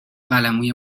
قلموی